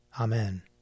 Amen